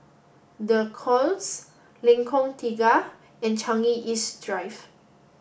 The Knolls Lengkong Tiga and Changi East Drive